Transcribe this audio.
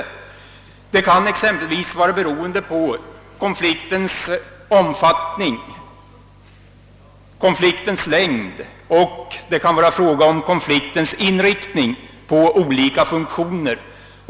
Denna bedömning kan exempelvis vara beroende av konfliktens omfattning, konfliktens längd och konfliktens inriktning på olika samhällsfunktioner.